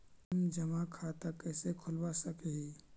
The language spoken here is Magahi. हम जमा खाता कैसे खुलवा सक ही?